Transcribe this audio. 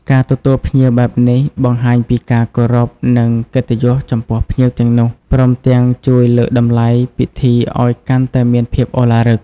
ការទទួលភ្ញៀវបែបនេះ បង្ហាញពីការគោរព និងកិត្តិយសចំពោះភ្ញៀវទាំងនោះ ព្រមទាំងជួយលើកតម្លៃពិធីឱ្យកាន់តែមានភាពឧឡារិក។